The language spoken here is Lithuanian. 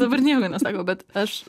dabar nieko nesako bet aš